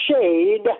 shade